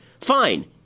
Fine